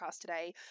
today